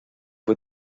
fue